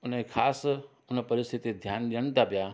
उनजे ख़ासि उन परिस्थिती ते ध्यानु ॾियनि था पिया